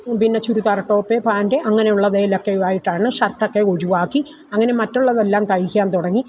പിന്നെ churidar top pant അങ്ങനെയുള്ളതിലൊക്കെ ആയിട്ടാണ് ഷർട്ടൊക്കെ ഒഴിവാക്കി അങ്ങനെ മറ്റുള്ളതെല്ലാം തയ്ക്കാൻ തുടങ്ങി